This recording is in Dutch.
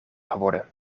geworden